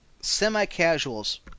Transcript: Semi-casuals